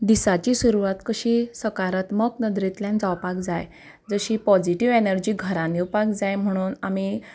दिसाची सुरवात कशी सकारात्मक नदरेंतल्यान जावपाक जाय जशी पॉझिटिव्ह एनर्जी घरांत येवपाक जाय म्हणून आमी